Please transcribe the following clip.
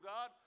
God